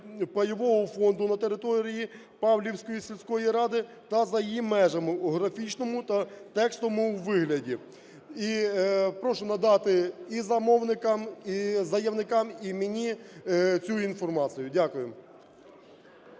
пайового фонду на території Павлівської сільської ради та за її межами у графічному та текстовому вигляді. І прошу надати і замовникам, і заявникам, і мені цю інформацію. Дякую.